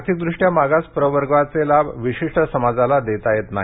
आर्थिकदृष्टया मागास प्रवर्गाचे लाभ विशिष्ट समाजाला देता येत नाही